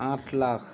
আঠ লাখ